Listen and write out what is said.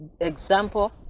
Example